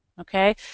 Okay